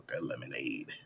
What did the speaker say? lemonade